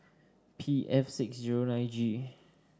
P F six zero nine G